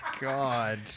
God